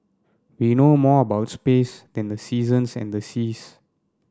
we know more about space than the seasons and the seas